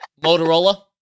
Motorola